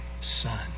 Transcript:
son